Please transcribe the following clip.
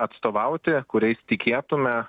atstovauti kuriais tikėtume